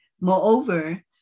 Moreover